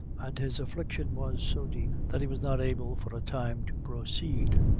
and his affliction was so deep, that he was not able, for a time to proceed.